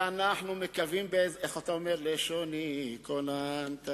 נדמה לי, היא בשולחן הנשיאות.